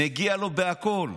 מגיע לו הכול,